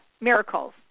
miracles